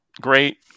great